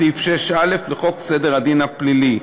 סעיף 6(א) לחוק סדר הדין הפלילי.